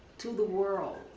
to the world.